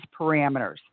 parameters